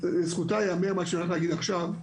שלזכותה ייאמר מה שאני הולך להגיד עכשיו,